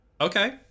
okay